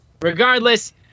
Regardless